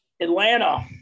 Atlanta